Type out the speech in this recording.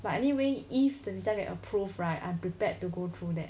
but anyway if the visa is approve right I'm prepared to go through that